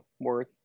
worth